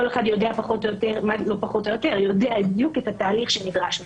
כל אחד יודע בדיוק את התהליך שנדרש ממנו.